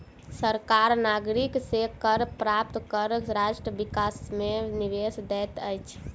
सरकार नागरिक से कर प्राप्त कय राष्ट्र विकास मे निवेश दैत अछि